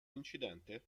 incidente